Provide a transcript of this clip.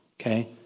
okay